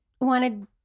wanted